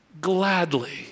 gladly